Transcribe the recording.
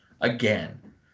Again